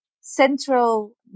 central